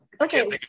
Okay